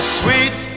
sweet